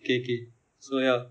okay okay so ya